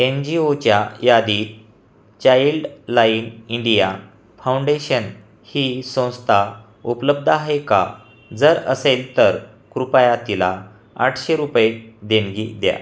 N G ओच्या यादीत Childline India foundation ही संस्था उपलब्ध आहे का जर असेल तर कृपया तिला आठशे रुपये देणगी द्या